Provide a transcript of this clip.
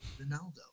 Ronaldo